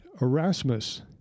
Erasmus